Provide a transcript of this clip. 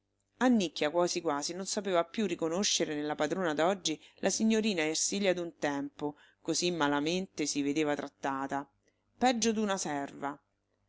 vispo annicchia quasi quasi non sapeva più riconoscere nella padrona d'oggi la signorina ersilia d'un tempo così malamente si vedeva trattata peggio d'una serva